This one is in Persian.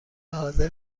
حاضر